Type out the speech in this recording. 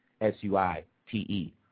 S-U-I-T-E